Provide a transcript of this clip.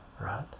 right